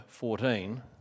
14